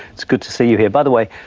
it's good to see you here. by the way,